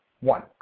One